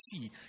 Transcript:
see